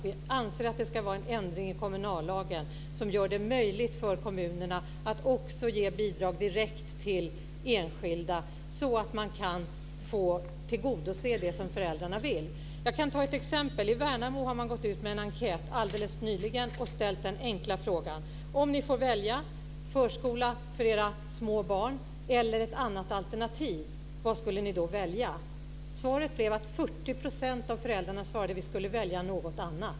Vi anser att det ska vara en ändring i kommunallagen som gör det möjligt för kommunerna att också ge bidrag direkt till enskilda, så att man kan tillgodose det som föräldrarna vill. Jag kan ta ett exempel. I Värnamo har man gått ut med en enkät alldeles nyligen och ställt den enkla frågan: Om ni får välja förskola för era små barn eller ett annat alternativ, vad skulle ni då välja? Vi skulle välja något annat.